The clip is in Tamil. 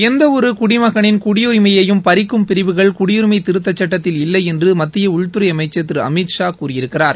எந்தவொரு குடிமகனின் குடியுரிமையையும் பறிக்கும் பிரிவுகள் குடியுரிமை திருத்தச் சுட்டத்தில் இல்லை என்று மத்திய உள்துறை அமைச்சர் திரு அமித் ஷா கூறியிருக்கிறார்